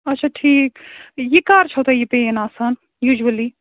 اَچھا ٹھیٖک یہِ کَر چھَو تۄہہِ یہِ پین آسان یوٗجؤلی